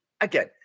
again